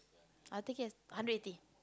I'll take it as hundred eighty